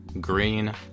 green